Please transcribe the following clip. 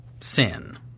sin